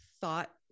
thought